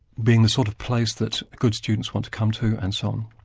being the sort of place that good students want to come to, and so on.